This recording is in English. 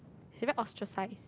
we very ostracized